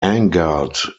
angered